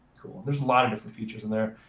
there's a lot of different features in there.